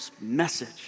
message